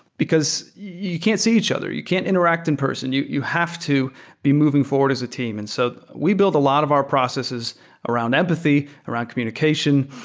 because you can't see each other. you can't interact in-person. you you have to be moving forward as a team. and so we built a lot of our processes around empathy, around communication,